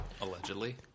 allegedly